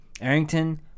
Arrington